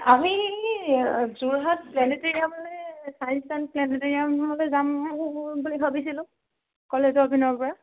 আমি যোৰহাট প্লেনেটৰিয়ামলৈ science and প্লেনেটৰিয়ামলৈ যাম বুলি ভাবিছিলোঁ কলেজৰ পিনৰ পৰা